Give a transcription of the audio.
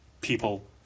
people